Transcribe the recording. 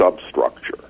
substructure